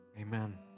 Amen